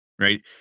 right